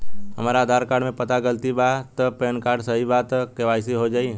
हमरा आधार कार्ड मे पता गलती बा त पैन कार्ड सही बा त के.वाइ.सी हो जायी?